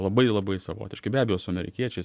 labai labai savotiški be abejo su amerikiečiais